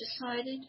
decided